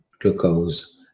glucose